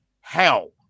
hell